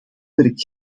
werkt